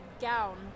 gown